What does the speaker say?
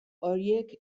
horiek